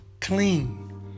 clean